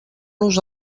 los